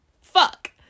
Fuck